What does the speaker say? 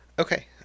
Okay